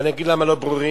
ואני אגיד למה לא ברורים,